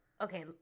okay